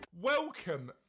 Welcome